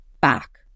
back